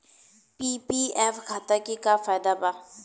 PPF खाता के का फायदा बा?